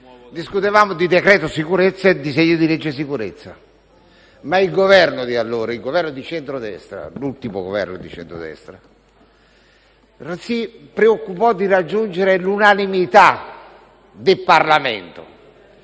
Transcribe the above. discutevamo di decreto-legge sicurezza e disegno di legge sulla sicurezza. Ma il Governo di allora, l'ultimo Governo di centro-destra, si preoccupò di raggiungere l'unanimità del Parlamento